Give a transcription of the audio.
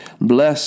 Bless